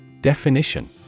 Definition